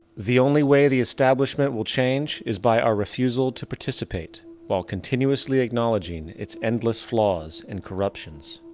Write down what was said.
the only way the establishment will change is by our refusal to participate while continuously acknowledging it's endless flaws and corruptions.